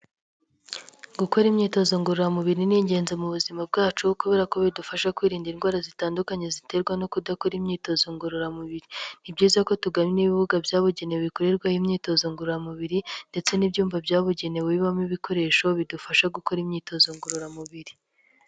Gukora imyitozo ngororamubiri niingenzi mu buzima bwacu kubera ko bidufasha kwirinda indwara zitandukanye ziterwa no kudakora imyitozo ngororamubiri. Ni byiza ko tugana n ibibuga byabugenewe bikorerwaho imyitozo ngororamubiri ndetse n'ibyumba byabugenewe bibamo ibikoresho bidufasha gukora imyitozo ngororamubiri.